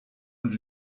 und